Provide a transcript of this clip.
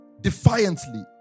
defiantly